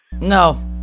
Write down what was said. No